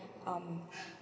um